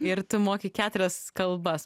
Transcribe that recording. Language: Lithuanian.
ir tu moki keturias kalbas